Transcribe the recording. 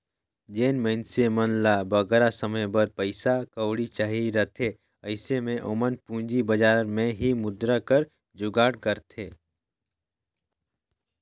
जेन मइनसे मन ल बगरा समे बर पइसा कउड़ी चाहिए रहथे अइसे में ओमन पूंजी बजार में ही मुद्रा कर जुगाड़ करथे